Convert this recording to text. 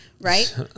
right